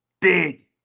Big